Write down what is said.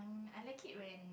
I like it when